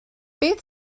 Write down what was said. beth